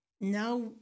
Now